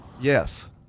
Yes